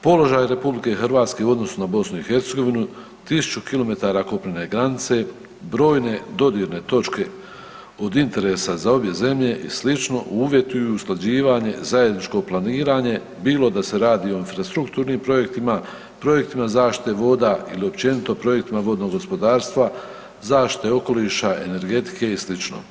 Položaj RH u odnosu na BiH, 1000 km kopnene granice, brojne dodirne točke od interesa za obje zemlje i slično, uvjetuju usklađivanje i zajedničko planiranje bilo da se radi o infrastrukturnim projektima, projektima zaštite voda ili općenito projektima vodnog gospodarstva, zaštite okoliša, energetike i slično.